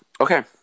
Okay